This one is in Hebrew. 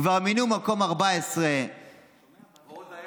וכבר מינו מקום 14. ועוד היד נטויה.